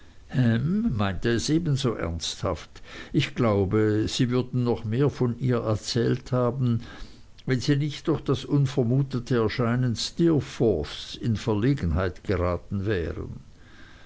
es ebenso ernsthaft ich glaube sie würden noch mehr von ihr erzählt haben wenn sie nicht durch das unvermutete erscheinen steerforths in verlegenheit geraten wären